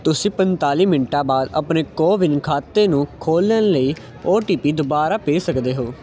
ਤੁਸੀਂ ਪੰਜਤਾਲੀ ਮਿੰਟਾਂ ਬਾਅਦ ਆਪਣੇ ਕੋਵਿਨ ਖਾਤੇ ਨੂੰ ਖੋਲ੍ਹਣ ਲਈ ਓ ਟੀ ਪੀ ਦੁਬਾਰਾ ਭੇਜ ਸਕਦੇ ਹੋ